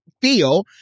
feel